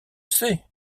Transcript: sais